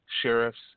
Sheriff's